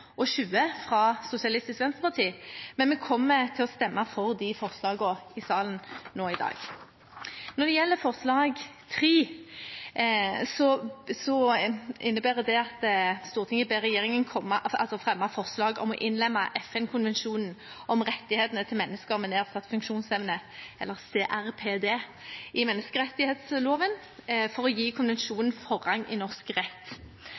og 20, fra Sosialistisk Venstreparti, men vi kommer til å stemme for de forslagene i salen nå i dag. Når det gjelder forslag nr. 3, innebærer det at Stortinget ber regjeringen fremme forslag om å innlemme FN-konvensjonen om rettighetene til mennesker med nedsatt funksjonsevne – CRPD – i menneskerettighetsloven for å gi konvensjonen forrang i norsk rett.